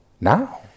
Now